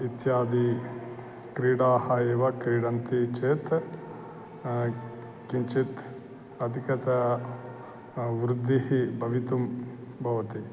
इत्यादि क्रीडाः एव क्रीडन्ति चेत् किञ्चित् अधिकता वृद्धिः भवितुं भवति